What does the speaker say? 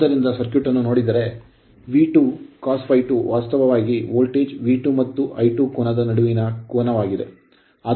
ಆದ್ದರಿಂದ ಸರ್ಕ್ಯೂಟ್ ಅನ್ನು ನೋಡಿದರೆ V2 cos ∅2 ವಾಸ್ತವವಾಗಿ ವೋಲ್ಟೇಜ್ V2 ಮತ್ತು I2 ಕೋನದ ನಡುವಿನ ಕೋನವಾಗಿದೆ